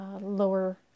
lower